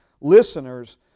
listeners